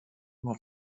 nur